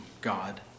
God